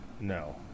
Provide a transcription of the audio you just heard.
No